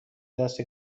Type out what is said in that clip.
دسته